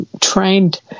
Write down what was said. trained